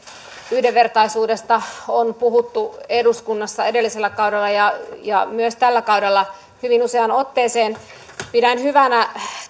yhdenvertaisuudesta on puhuttu eduskunnassa edellisellä kaudella ja myös tällä kaudella hyvin useaan otteeseen pidän hyvänä